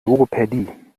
logopädie